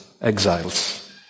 exiles